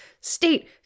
state